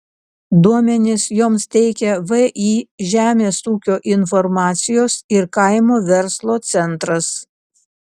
duomenis joms teikia vį žemės ūkio informacijos ir kaimo verslo centras